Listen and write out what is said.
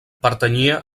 pertanyia